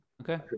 Okay